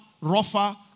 rougher